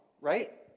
right